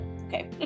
Okay